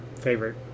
favorite